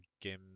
game